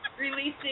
Releasing